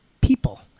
people